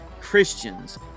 Christians